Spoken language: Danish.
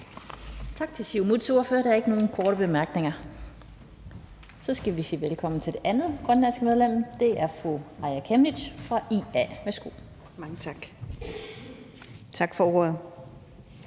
Tak til Siumuts ordfører. Der er ikke nogen korte bemærkninger. Så skal vi sige velkommen til det andet grønlandske medlem. Det er fru Aaja Chemnitz fra IA. Værsgo. Kl. 16:16 (Ordfører)